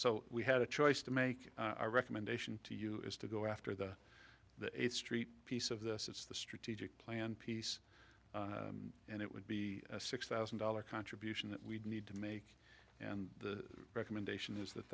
so we had a choice to make a recommendation to you is to go after the the eighth street piece of this it's the strategic plan piece and it would be a six thousand dollars contribution that we'd need to make and the recommendation is that